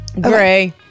Gray